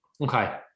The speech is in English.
Okay